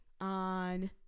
on